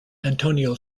antonio